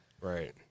Right